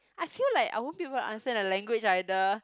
I feel like I won't be able to understand their language like the